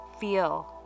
feel